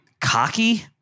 cocky